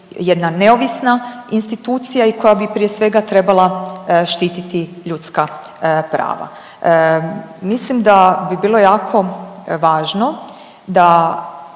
jedna neovisna institucija i koja bi prije svega trebala štititi ljudska prava. Mislim da bi bilo jako važno da